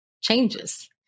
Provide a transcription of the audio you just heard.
changes